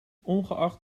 ongeacht